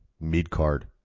mid-card